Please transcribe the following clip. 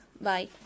Bye